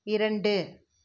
இரண்டு